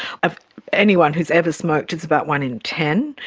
of anyone who has ever smoked it's about one in ten,